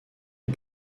les